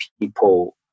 people